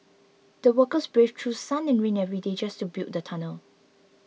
the workers braved through sun and rain every day just to build the tunnel